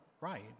right